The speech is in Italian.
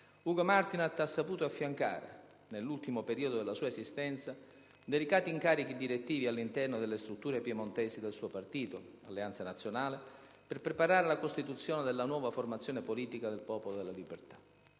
Ugo Martinat ha saputo affiancare, nell'ultimo periodo della sua esistenza, delicati incarichi direttivi all'interno delle strutture piemontesi del suo partito, Alleanza Nazionale, per preparare la costituzione della nuova formazione politica del Popolo della Libertà.